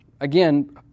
again